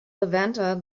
levanter